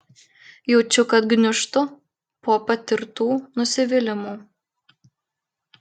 jaučiu kad gniūžtu po patirtų nusivylimų